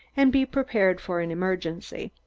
and be prepared for an emergency.